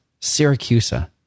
Syracusa